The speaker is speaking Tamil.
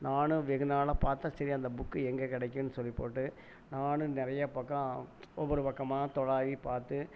நானும் வெகுநாளாக பார்த்த சரி அந்த புக்கு எங்கே கிடைக்குன்னு சொல்லி போட்டு நானும் நிறைய பக்கம் ஒவ்வொரு பக்கமாக துலாவி பார்த்து